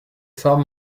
forme